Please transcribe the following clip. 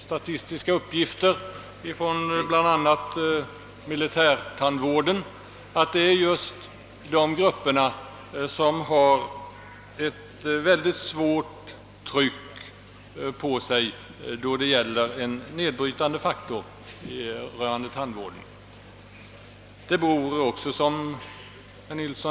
Statistiska uppgifter, bl.a. från militärtandvården, har visat att tandvården för dessa grupper i stor utsträckning försummats. Som herr Nilsson också